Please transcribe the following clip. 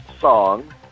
song